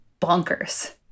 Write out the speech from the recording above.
bonkers